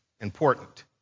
Important